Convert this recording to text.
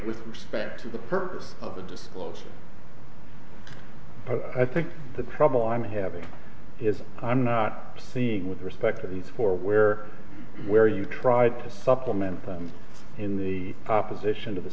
with respect to the purpose of the disclosure i think the problem i'm having is i'm not seeing with respect to these four where where you tried to supplement them in the opposition to the